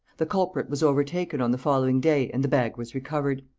the culprit was overtaken on the following day and the bag was recovered.